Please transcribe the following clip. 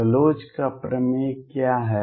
Bloch का प्रमेय क्या है